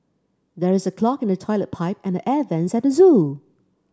there is a clog in the toilet pipe and the air vents at the zoo